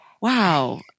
Wow